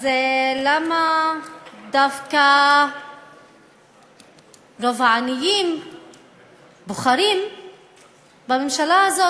אז למה דווקא רוב העניים בוחרים בממשלה הזאת?